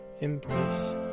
embrace